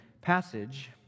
passage